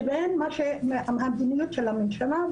לבין המדיניות של הממשלה.